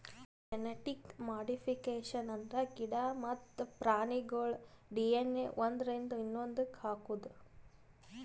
genetic modification ಅಂದ್ರ ಗಿಡ ಮತ್ತ್ ಪ್ರಾಣಿಗೋಳ್ ಡಿ.ಎನ್.ಎ ಒಂದ್ರಿಂದ ಇನ್ನೊಂದಕ್ಕ್ ಹಾಕದು